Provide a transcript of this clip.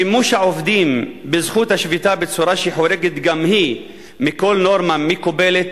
שימוש העובדים בזכות השביתה בצורה שחורגת גם היא מכל נורמה מקובלת,